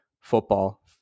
football